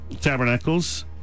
Tabernacles